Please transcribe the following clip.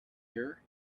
here